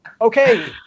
okay